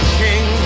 king